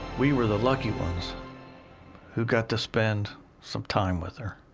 we were the lucky ones who got to spend some time with her.